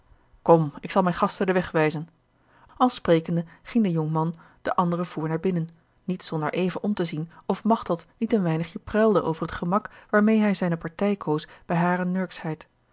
kom ik zal mijne gasten den weg wijzen al sprekende ging de jonkman de anderen voor naar binnen niet zonder even om te zien of machteld niet een weinigje pruilde over het gemak waarmeê hij zijne partij koos bij